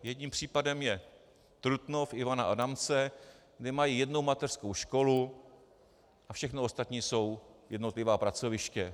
Jedním případem je Trutnov Ivana Adamce, kde mají jednu mateřskou školu a všechno ostatní jsou jednotlivá pracoviště.